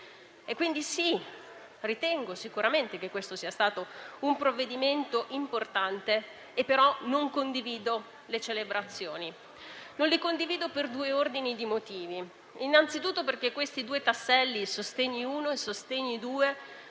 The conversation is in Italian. Quindi sì, ritengo sicuramente che questo sia stato un provvedimento importante, ma non condivido le celebrazioni per due ordini di motivi. Innanzitutto, perché questi due tasselli, il decreto-legge sostegni e